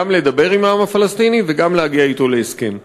גם לדבר עם העם הפלסטיני וגם להגיע אתו להסכם.